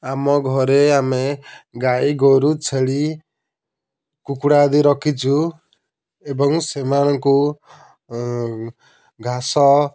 ଆମ ଘରେ ଆମେ ଗାଈ ଗୋରୁ ଛେଳି କୁକୁଡ଼ା ଆଦି ରଖିଛୁ ଏବଂ ସେମାନଙ୍କୁ ଘାସ